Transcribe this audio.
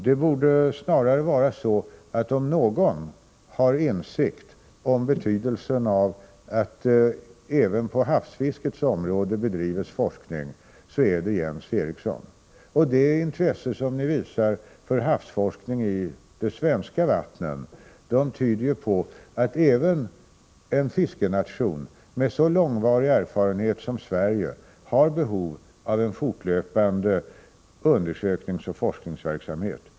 Det borde snarare vara så, att om någon har insikt om betydelsen av att det även på havsfiskets område bedrivs forskning, är det Jens Eriksson. Det intresse som ni visar för havsforskning i de svenska vattnen tyder på att även en fiskenation med så långvarig erfarenhet som Sverige har behov av en fortlöpande undersökningsoch forskningsverksamhet.